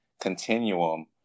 continuum